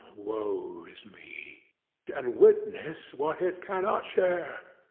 woe is me and witness what it cannot share,